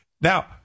Now